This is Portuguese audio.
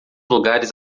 lugares